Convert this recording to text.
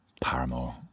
Paramore